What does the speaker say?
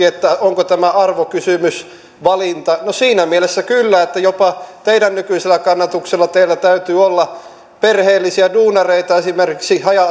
että onko tämä arvokysymys valinta no siinä mielessä kyllä että jopa teidän nykyisellä kannatuksellanne teillä täytyy olla perheellisiä duunareita esimerkiksi haja